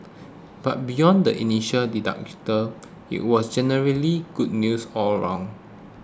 but beyond the initial deductible it was generally good news all round